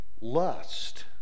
lust